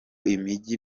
imijyi